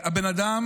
הבן אדם